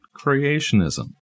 creationism